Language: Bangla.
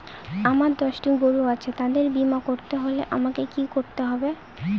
আমার দশটি গরু আছে তাদের বীমা করতে হলে আমাকে কি করতে হবে?